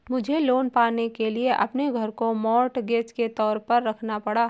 मुझे लोन पाने के लिए अपने घर को मॉर्टगेज के तौर पर रखना पड़ा